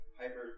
hyper